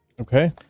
Okay